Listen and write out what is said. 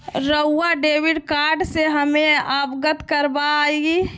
रहुआ debit card से हमें अवगत करवाआई?